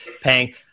paying